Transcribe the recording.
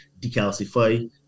decalcify